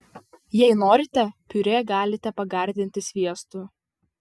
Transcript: jei norite piurė galite pagardinti sviestu